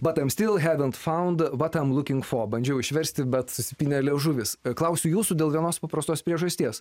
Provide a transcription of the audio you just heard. but aim stil hevnt faund vat aim luking fo bandžiau išversti bet susipynė liežuvis klausiu jūsų dėl vienos paprastos priežasties